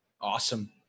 Awesome